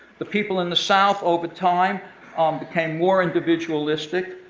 the people in the south over time um became more individualistic,